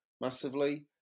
massively